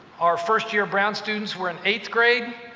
our first-year brown students were in eighth grade,